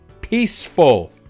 peaceful